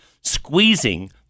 squeezing